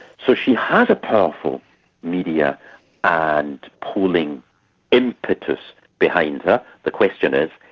so she has a powerful media and polling impetus behind her the question is,